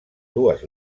dues